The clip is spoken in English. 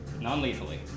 Non-lethally